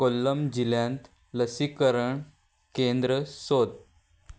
कोल्लम जिल्ल्यांत लसीकरण केंद्र सोद